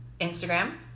Instagram